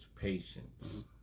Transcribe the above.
patience